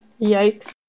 Yikes